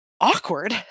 awkward